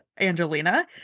Angelina